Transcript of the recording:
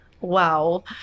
Wow